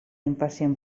impacient